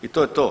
I to je to.